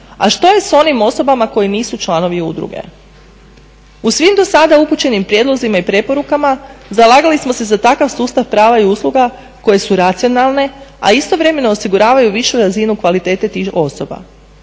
A što je s onim osobama koji nisu članovi udruge? U svim dosada upućenim prijedlozima i preporukama zalagali smo se za takav sustav prava i usluga koje su racionalne, a istovremeno osiguravaju višu razinu kvalitete tih osoba.